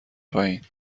پایین